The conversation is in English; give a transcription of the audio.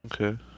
Okay